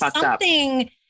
something-